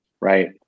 right